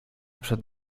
przed